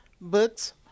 books